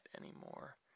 anymore